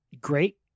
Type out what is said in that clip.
great